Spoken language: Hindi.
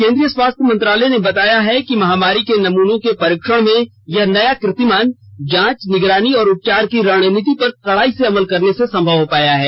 केन्द्रीय स्वास्थ्य मंत्रालय ने बताया है कि महामारी के नमूनों के परीक्षण में यह नया कीर्तिमान जांच निगरानी और उपचार की रणनीति पर कड़ाई से अमल करने से संभव हो पाया है